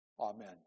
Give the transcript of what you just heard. Amen